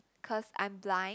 cause I'm blind